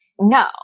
no